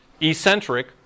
eccentric